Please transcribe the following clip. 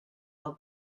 del